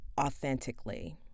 authentically